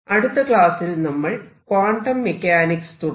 അടുത്ത ക്ലാസ്സിൽ നമ്മൾ ക്വാണ്ടം മെക്കാനിക്സ് തുടങ്ങാം